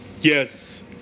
Yes